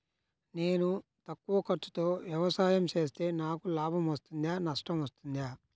నేను తక్కువ ఖర్చుతో వ్యవసాయం చేస్తే నాకు లాభం వస్తుందా నష్టం వస్తుందా?